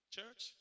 Church